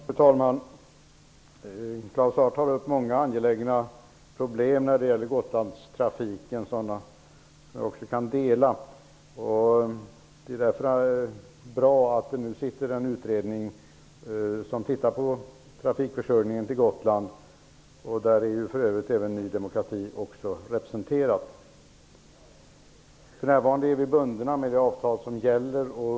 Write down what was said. Fru talman! Claus Zaar har synpunkter på många angelägna problem när det gäller Gotlandstrafiken, vilka jag kan dela. Det är därför bra att det nu har tillsatts en utredning som skall se över trafikförsörjningen till Gotland. I utredningen är för övrigt även Ny demokrati representerat. För närvarande är vi bundna av gällande avtal.